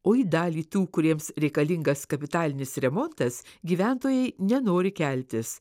o į dalį tų kuriems reikalingas kapitalinis remontas gyventojai nenori keltis